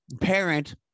parent